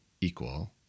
equal